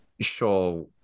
sure